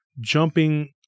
jumping